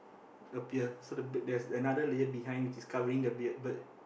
appear so the b~ there's another layer behind which is covering the beard bird